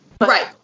Right